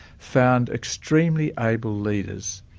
found extremely able leaders.